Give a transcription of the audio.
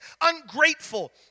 ungrateful